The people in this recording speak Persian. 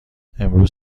امروز